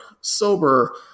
sober